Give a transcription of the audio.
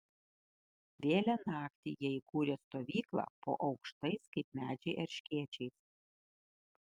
vėlią naktį jie įkūrė stovyklą po aukštais kaip medžiai erškėčiais